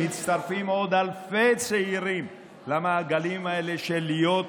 מצטרפים עוד אלפי צעירים למעגלים האלה של להיות